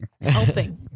Helping